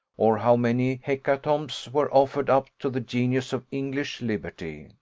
or how many hecatombs were offered up to the genius of english liberty.